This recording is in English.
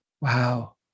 Wow